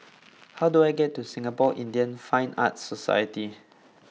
how do I get to Singapore Indian Fine Arts Society